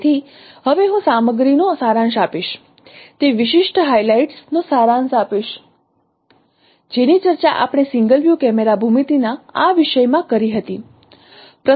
તેથી હવે હું સામગ્રીનો સારાંશ આપીશ તે વિશિષ્ટ હાઇલાઇટ્સ નો સારાંશ આપીશ જેની ચર્ચા આપણે સિંગલ વ્યૂ કેમેરા ભૂમિતિના આ વિષયમાં કરી હતી